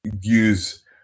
use